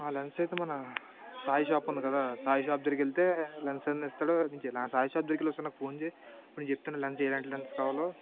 ఆ లెన్స్ అయితే మన సాయి షాప్ ఉంది కదా సాయి షాప్ దగ్గరకు వెళ్ళి లెన్స్ అన్ని ఇస్తాడు సాయి షాప్ దగ్గరకు వెళ్ళి నాకు ఫోన్ చేయి నేను చెప్తున్నాను లెన్స్ ఎలాంటి లెన్స్ కావాలో